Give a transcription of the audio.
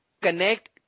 connect